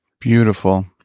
Beautiful